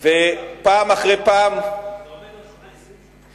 זה עומד על השולחן 20 שנה.